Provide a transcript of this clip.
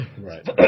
Right